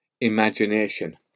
imagination